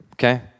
Okay